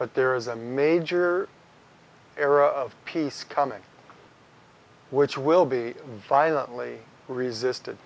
but there is a major era of peace coming which will be violently resisted